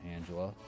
Angela